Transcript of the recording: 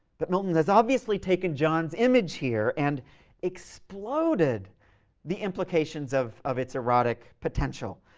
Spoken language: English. but milton has obviously taken john's image here and exploded the implications of of its erotic potential.